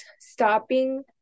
stopping